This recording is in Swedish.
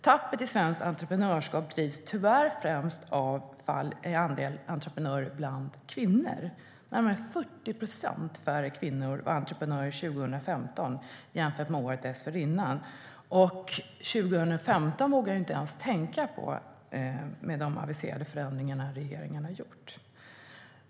Tappet i svenskt entreprenörskap drivs främst, tyvärr, av ett fall i andel entreprenörer bland kvinnor. Närmare 40 procent färre kvinnor var entreprenörer 2015 jämfört med året dessförinnan. År 2015 vågar jag inte ens tänka på med de aviserade förändringarna från regeringen.